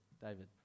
David